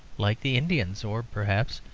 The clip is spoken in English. like the indians, or, perhaps,